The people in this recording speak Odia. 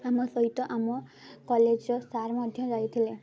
ଆମ ସହିତ ଆମ କଲେଜ୍ର ସାର୍ ମଧ୍ୟ ଯାଇଥିଲେ